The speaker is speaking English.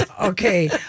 Okay